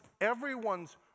everyone's